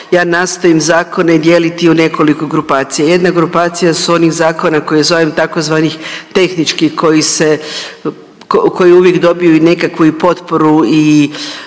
ja nastojim zakone dijeliti u nekoliko grupacija, jedna grupacija su onih zakona koje zovem tzv. tehničkih koji uvijek dobiju i nekakvu i potporu i